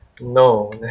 No